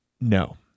No